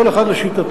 כל אחד לשיטתו.